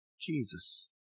Jesus